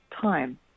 time